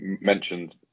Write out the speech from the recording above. mentioned